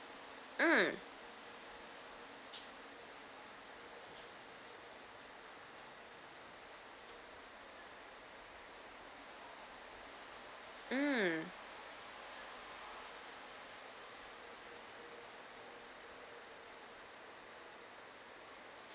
um um